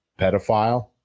pedophile